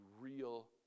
real